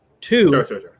Two